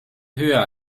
höher